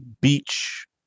beach